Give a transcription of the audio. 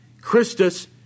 Christus